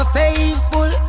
faithful